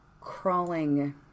crawling